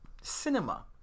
cinema